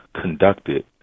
conducted